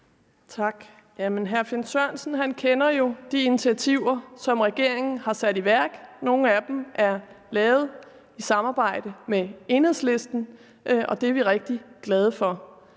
(RV): Jamen hr. Finn Sørensen kender jo de initiativer, som regeringen har sat i værk. Nogle af dem er lavet i samarbejde med Enhedslisten, og det er vi rigtig glade for.